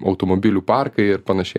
automobilių parkai ir panašiai